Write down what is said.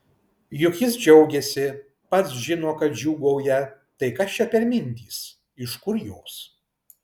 juk jis džiaugiasi pats žino kad džiūgauja tai kas čia per mintys iš kur jos